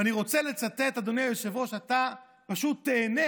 ואני רוצה לצטט, אדוני היושב-ראש, אתה פשוט תיהנה,